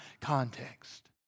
context